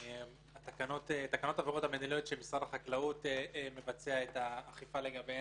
תקנות העבירות המינהליות שמשרד החקלאות מבצע את האכיפה לגביהן,